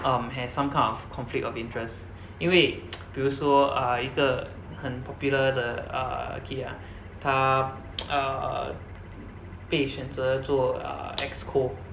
um has some kind conflict of interest 因为比如说 err 一个很 popular 的 err kid ah 他 err 被选择做 err exco